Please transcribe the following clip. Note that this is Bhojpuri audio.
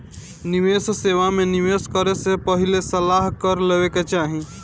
निवेश सेवा में निवेश करे से पहिले सलाह कर लेवे के चाही